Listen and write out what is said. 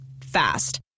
Fast